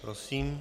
Prosím.